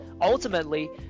ultimately